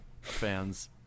fans